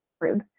rude